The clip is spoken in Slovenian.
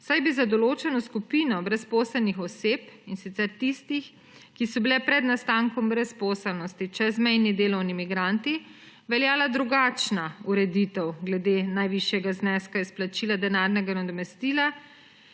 saj bi za določeno skupino brezposelnih oseb, in sicer tistih, ki so bile pred nastankom brezposelnosti čezmejni delovni migranti, veljala drugačna ureditev glede najvišjega zneska izplačila denarnega nadomestila,